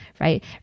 right